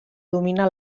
domina